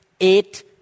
eight